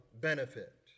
benefit